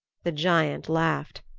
the giant laughed.